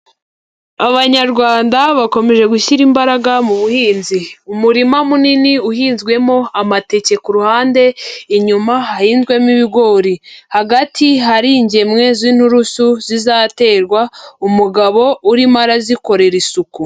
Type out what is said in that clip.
Abanyarwanda bakomeje gushyira imbaraga mu buhinzi, umurima munini uhinzwemo amateke ku ruhande inyuma hahinzwemo ibigori, hagati hari ingemwe z'inturusu zizaterwa umugabo urimo arazikorera isuku.